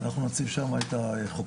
אנחנו נציב שם את החוקרים.